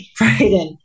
right